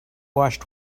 washed